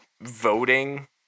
voting